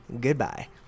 Goodbye